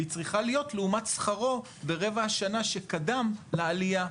והיא צריכה להיות לעומת שכרו ברבע השנה שקדם לעלייה.